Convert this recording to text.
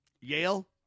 Yale